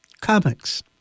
Comics